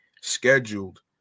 scheduled